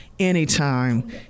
Anytime